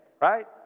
right